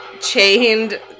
chained